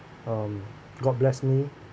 um god bless me